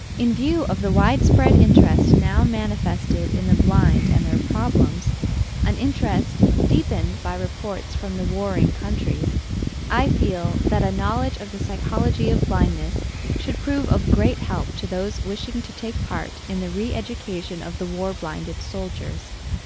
in view of the widespread interest now manifested in the blind and their problems an interest deepened by reports from the warring countries i feel that a knowledge of the psychology of blindness should prove of great help to those wishing to take part in the re-education of the war-blinded soldiers.